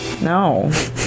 No